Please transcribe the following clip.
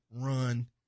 run